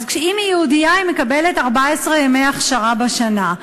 אם היא יהודייה היא מקבלת 14 ימי הכשרה בשנה,